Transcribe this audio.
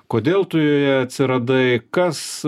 kodėl tu joje atsiradai kas